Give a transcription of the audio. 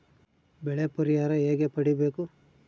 ಬೆಳೆ ಪರಿಹಾರ ಹೇಗೆ ಪಡಿಬೇಕು?